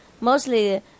Mostly